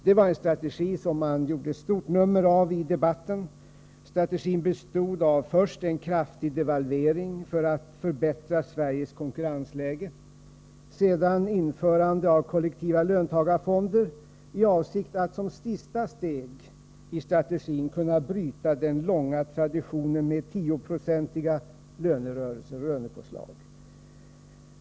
Det var en strategi som socialdemokraterna gjorde ett stort nummer av i debatten. Strategin bestod av först en kraftig devalvering för att förbättra Sveriges konkurrensläge, sedan införande av kollektiva löntagarfonder i avsikt att, som sista steg i strategin, kunna bryta den långa traditionen med 10-procentiga lönepåslag.